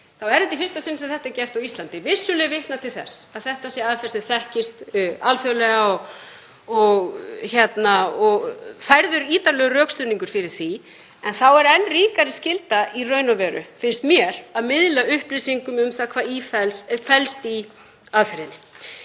— er það í fyrsta sinn sem þetta er gert á Íslandi. Vissulega er vitnað til þess að þetta sé aðferð sem þekkist alþjóðlega og færður ítarlegur rökstuðningur fyrir því. En þá er enn ríkari skylda í raun og veru, finnst mér, að miðla upplýsingum um það hvað felst í aðferðinni.